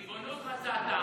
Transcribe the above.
ריבונות מצאת.